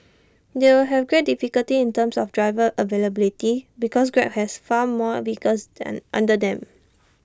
they will have great difficulty in terms of driver availability because grab has far more vehicles then under them